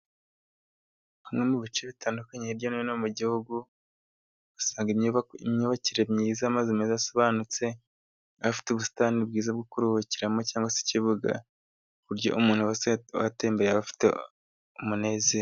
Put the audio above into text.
Hamwe mu bice bitandukanye hirya no hino mu gihugu usanga imyubakire myiza, y' amazu meza asobanutse, afite ubusitani bwiza bwo kuruhukiramo cyangwa se ikibuga, ku buryo umuntu uba ahatembereye aba afite umunezero.